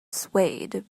swayed